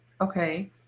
okay